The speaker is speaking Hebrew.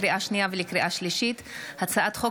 לקריאה שנייה ולקריאה שלישית הצעת חוק